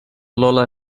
lola